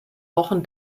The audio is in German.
wochen